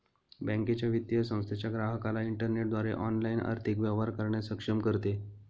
बँकेच्या, वित्तीय संस्थेच्या ग्राहकाला इंटरनेटद्वारे ऑनलाइन आर्थिक व्यवहार करण्यास सक्षम करते